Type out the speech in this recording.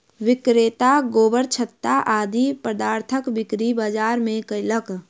विक्रेता गोबरछत्ता आदि पदार्थक बिक्री बाजार मे कयलक